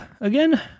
again